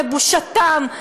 לבושתם,